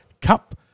Cup